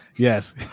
Yes